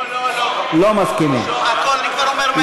לא, לא, אני כבר אומר, מראש.